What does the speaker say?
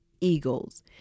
eagles